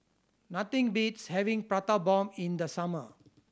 nothing beats having Prata Bomb in the summer